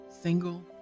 single